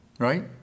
Right